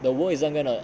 the world isn't going to